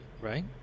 Right